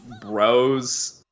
Bros